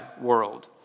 world